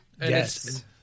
Yes